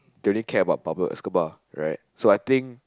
they only care about Pablo Escobar right so I think